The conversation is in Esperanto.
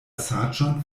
saĝon